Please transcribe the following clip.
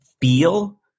feel